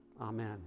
Amen